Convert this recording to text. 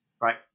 right